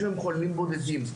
יש בהם חולים בודדים.